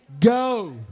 Go